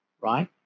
right